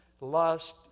lust